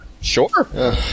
sure